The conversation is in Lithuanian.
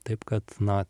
taip kad na